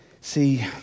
See